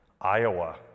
Iowa